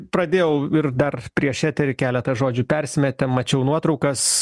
pradėjau ir dar prieš eterį keletą žodžių persimetėm mačiau nuotraukas